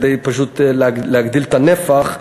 פשוט כדי להגדיל את הנפח.